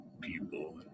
people